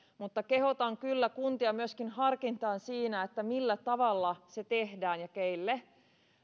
mutta kehotan kyllä kuntia myöskin harkintaan siinä millä tavalla se tehdään ja keille